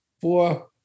four